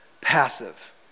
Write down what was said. Passive